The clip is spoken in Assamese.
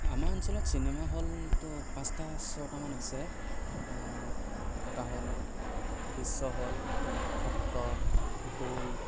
আমাৰ অঞ্চলত চিনেমা হলটো পাঁচটা ছটামান আছে এটা হ'ল বিশ্ব হল নক্ষত্ৰ গ'ল্ড